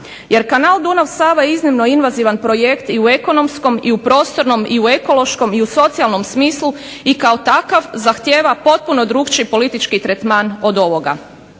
Jer Kanal Dunav-Sava iznimno invazivan projekt i u ekonomskom i u prostornom i u ekološkom i u socijalnom smislu i kao takav zahtjeva potpuno drugačiji politički tretman od ovoga.